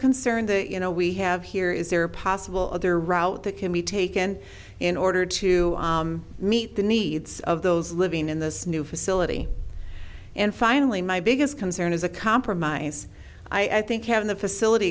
concern that you know we have here is there a possible other route that can be taken in order to meet the needs of those living in this new facility and finally my biggest concern is a compromise i think having the facility